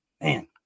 man